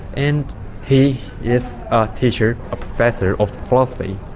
and he is a teacher, a professor of philosophy.